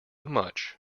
much